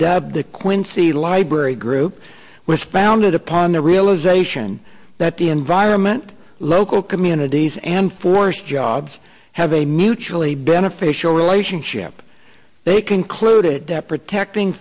dubbed the quincy library group was founded upon the realization that the environment local communities and forest jobs have a mutually beneficial relationship they concluded that protecting